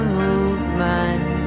movement